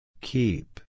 Keep